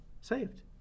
saved